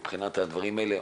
מבחינת הדברים האלה,